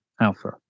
alpha